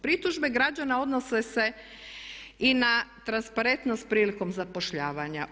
Pritužbe građana odnose se i na transparentnost prilikom zapošljavanja.